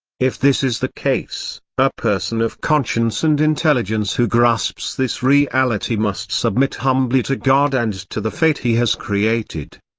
if this is the case, a person of conscience and intelligence who grasps this reality must submit humbly to god and to the fate he has created.